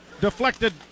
deflected